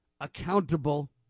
accountable